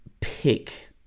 pick